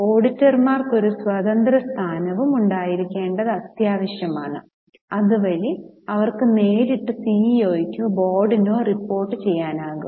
ഓഡിറ്റർമാർക്ക് ഒരു സ്വതന്ത്ര സ്ഥാനവും ഉണ്ടായിരിക്കേണ്ടത് ആവശ്യമാണ് അതുവഴി അവർക്ക് നേരിട്ട് സിഇഒയ്ക്കോ ബോർഡിനോ റിപ്പോർട്ടുചെയ്യാനാകും